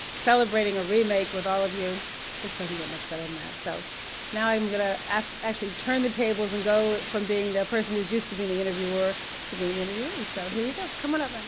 celebrating a remake with all of you just doesn't get much better than that. so now, i'm going to actually turn the tables and go from being the person who's used to being the interviewer to being the interviewee. so, here you are. come on up,